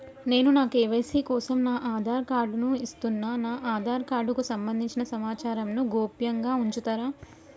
నేను నా కే.వై.సీ కోసం నా ఆధార్ కార్డు ను ఇస్తున్నా నా ఆధార్ కార్డుకు సంబంధించిన సమాచారంను గోప్యంగా ఉంచుతరా?